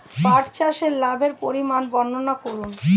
পাঠ চাষের লাভের পরিমান বর্ননা করুন?